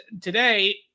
today